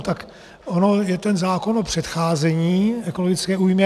Tak on je ten zákon o předcházení ekologické újmě.